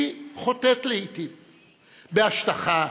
היא חוטאת לעיתים בהשטחה,